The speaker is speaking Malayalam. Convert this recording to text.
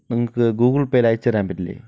നിങ്ങക്ക് ഗൂഗിൾ പേയിൽ അയച്ചു തരാൻ പറ്റില്ലേ